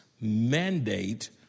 mandate